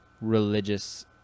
religious